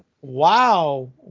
Wow